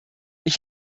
ich